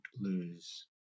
lose